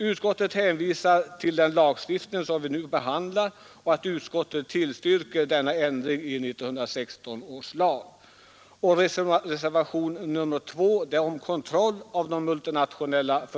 Utskottet hänvisar till den proposition som vi nu behandlar och tillstyrker ändringar som där föreslagits beträffande 1916 års inskränkningslag.